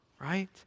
right